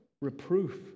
reproof